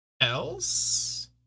else